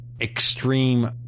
extreme